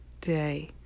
day